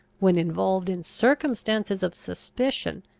when involved in circumstances of suspicion,